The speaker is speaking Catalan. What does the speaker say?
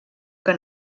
que